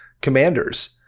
commanders